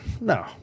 No